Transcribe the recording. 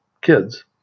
kids